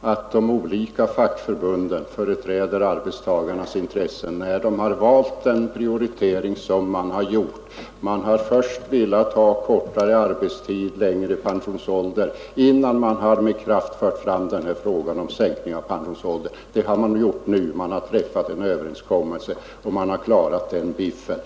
att de olika fackförbunden företräder arbetstagarnas intressen vid valet av prioritering. De har först velat ha kortare arbetstid, innan de med kraft har fört fram denna fråga om en sänkning av pensionsåldern. Man har nu träffat en överenskommelse och man har klarat den biffen.